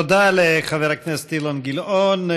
תודה לחבר הכנסת אילן גילאון.